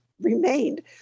remained